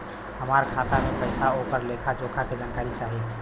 हमार खाता में पैसा ओकर लेखा जोखा के जानकारी चाही?